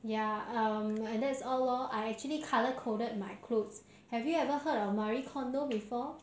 ya um that's all lor I actually colour coded my clothes have you ever heard of marie kondo before